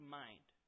mind